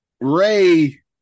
Ray